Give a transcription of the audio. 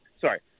Sorry